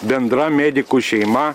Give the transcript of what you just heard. bendra medikų šeima